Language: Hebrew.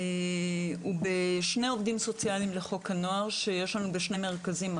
הוא בשני עובדים סוציאליים לחוק הנוער בשני מרכזים.